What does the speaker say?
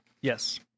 Yes